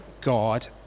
God